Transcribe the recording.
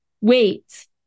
wait